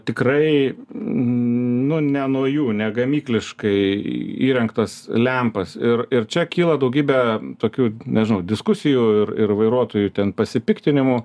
tikrai nu ne nuo jų negamykliškai įrengtas lempas ir ir čia kyla daugybė tokių nežinau diskusijų ir ir vairuotojų ten pasipiktinimų